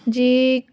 যি